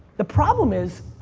the problem is,